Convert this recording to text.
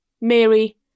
Mary